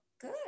good